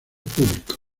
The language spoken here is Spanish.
públicos